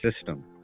system